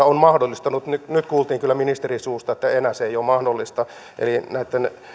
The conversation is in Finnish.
on mahdollistanut nyt nyt kuultiin kyllä ministerin suusta että enää se ei ole mahdollista näitten